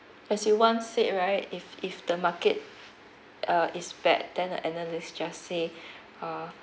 as you once said right if if the market uh is bad then the analysts just say uh